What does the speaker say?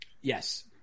yes